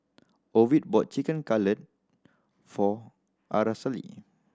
Ovid bought Chicken Cutlet for Aracely